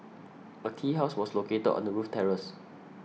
a tea house was located on the roof terrace